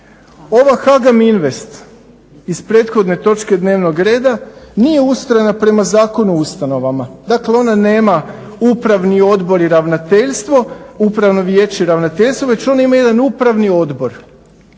Ova HAGAM Invest iz prethodne točke dnevnog reda nije ustrojena prema Zakonu o ustanovama, dakle ona nema upravni odbor i ravnateljstvo, upravno vijeće i ravnateljstvo već ona ima jedan upravni odbor.